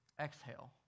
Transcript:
exhale